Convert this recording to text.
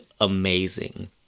amazing